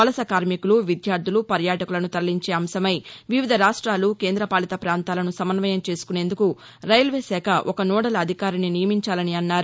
వలస కార్మికులు విద్యార్టులు పర్యాటకులను తరలించే అంశమై వివిధ రాష్ట్లు కేంద్రపాలిత ప్రాంతాలను సమన్వయం చేసుకునేందుకు రైల్వే శాఖ ఒక నోదల్ అధికారిని నియమించాలని అన్నారు